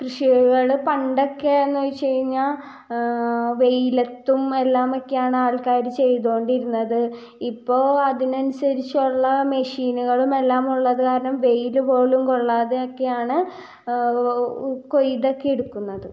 കൃഷികൾ പണ്ടൊക്കെ എന്ന് വച്ച് കഴിഞ്ഞാൽ വെയിലത്തുമെല്ലാമൊക്കെയാണ് ആൾക്കാർ ചെയ്തു കൊണ്ടിരുന്നത് ഇപ്പോൾ അതിനനുസരിച്ചുള്ള മെഷീനുകളും എല്ലാമുള്ളത് കാരണം വെയിൽ പോലും കൊള്ളാതൊക്കെയാണ് കൊയ്തൊക്കെയെടുക്കുന്നത്